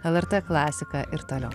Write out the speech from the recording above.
lrt klasika ir toliau